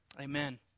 Amen